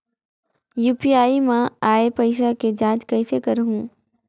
UPI मा आय पइसा के जांच कइसे करहूं?